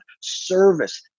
service